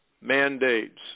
mandates